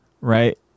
right